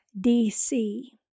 D-C